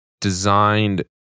designed